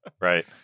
right